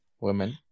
women